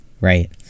right